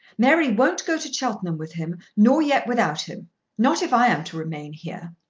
mary won't go to cheltenham with him nor yet without him not if i am to remain here.